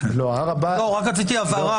לא רק כלפי פלסטינים,